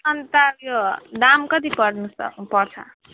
अन्त यो दाम कति पर्नुस पर्छ